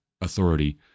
authority